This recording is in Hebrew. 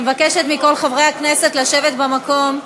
אני מבקשת מכל חברי הכנסת לשבת במקום.